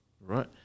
right